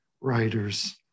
writers